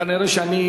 כנראה אני,